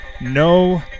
no